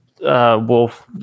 wolf